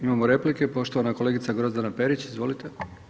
Imamo replike, poštovana kolegice Grozdana Perić, izvolite.